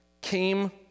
came